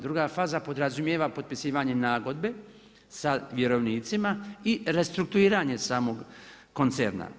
Druga faza podrazumijeva potpisivanje nagodbe sa vjerovnicima i restrukturiranje samog koncerna.